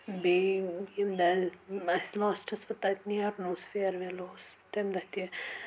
بیٚیہِ یِم اَسہِ لاسٹَس پَتہٕ تَتہِ نیران اوس پھِیر ویل اوس تَمہِ دۄہ تہِ